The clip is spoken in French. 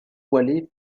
voilés